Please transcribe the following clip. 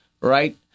right